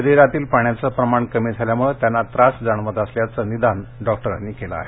शरीरातील पाण्याच प्रमाण कमी झाल्यामुळे त्यांना त्रास जाणवत असल्याचं निदान डॉक्टरांनी केलं आहे